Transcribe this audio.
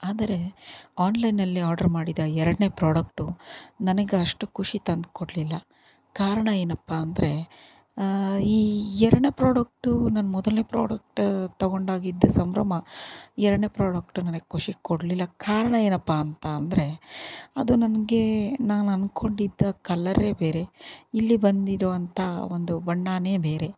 ಆದರೆ ಆನ್ಲೈನ್ನಲ್ಲಿ ಆಡ್ರ್ ಮಾಡಿದ ಎರಡನೇ ಪ್ರಾಡಕ್ಟು ನನಗಷ್ಟು ಖುಷಿ ತಂದ್ಕೊಡ್ಲಿಲ್ಲ ಕಾರಣ ಏನಪ್ಪ ಅಂದರೆ ಈ ಎರಡನೇ ಪ್ರಾಡಕ್ಟು ನಾನು ಮೊದಲನೇ ಪ್ರಾಡಕ್ಟ್ ತಗೊಂಡಾಗಿದ್ದ ಸಂಭ್ರಮ ಎರಡನೇ ಪ್ರಾಡಕ್ಟ್ ನನಗೆ ಖುಷಿ ಕೊಡಲಿಲ್ಲ ಕಾರಣ ಏನಪ್ಪ ಅಂತ ಅಂದರೆ ಅದು ನನಗೆ ನಾನು ಅಂದ್ಕೊಂಡಿದ್ದ ಕಲರೇ ಬೇರೆ ಇಲ್ಲಿ ಬಂದಿರುವಂಥ ಒಂದು ಬಣ್ಣನೇ ಬೇರೆ